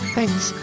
Thanks